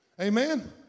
Amen